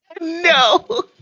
No